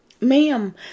Ma'am